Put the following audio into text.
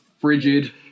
frigid